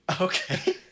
Okay